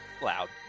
loud